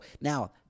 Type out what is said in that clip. now